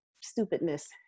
stupidness